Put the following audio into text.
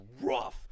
rough